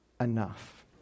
enough